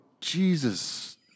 Jesus